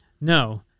No